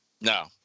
No